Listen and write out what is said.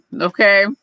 okay